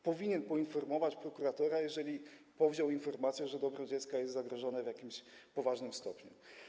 Powinien poinformować prokuratora, jeżeli powziął informację, że dobro dziecka jest zagrożone w jakimś poważnym stopniu.